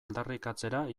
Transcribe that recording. aldarrikatzera